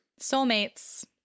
Soulmates